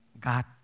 God